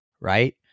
right